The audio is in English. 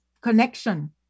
connection